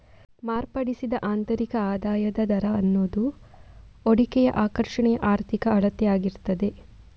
ಮಾರ್ಪಡಿಸಿದ ಆಂತರಿಕ ಆದಾಯದ ದರ ಅನ್ನುದು ಹೂಡಿಕೆಯ ಆಕರ್ಷಣೆಯ ಆರ್ಥಿಕ ಅಳತೆ ಆಗಿರ್ತದೆ